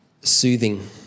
soothing